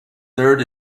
third